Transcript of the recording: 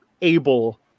able